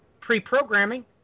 pre-programming